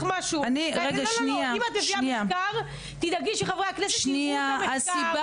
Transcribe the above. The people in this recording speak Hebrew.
אם את מביאה מחקר, תדאגי שחברי הכנסת יראו אותו.